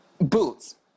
Boots